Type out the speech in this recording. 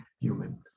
human